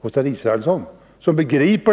hos herr Israelsson, som hos andra.